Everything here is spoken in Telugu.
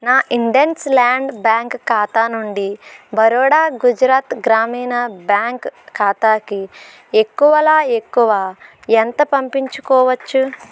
నా ఇండస్లాండ్ బ్యాంక్ ఖాతా నుండి బరోడా గుజరాత్ గ్రామీణ బ్యాంక్ ఖాతాకి ఎక్కువలో ఎక్కువ ఎంత పంపించుకోవచ్చు